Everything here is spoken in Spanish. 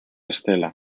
estela